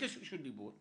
ביקש רשות דיבור,